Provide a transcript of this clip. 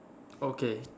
okay